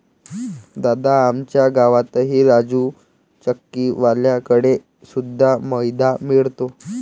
दादा, आमच्या गावातही राजू चक्की वाल्या कड़े शुद्ध मैदा मिळतो